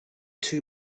two